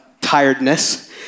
tiredness